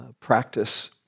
practice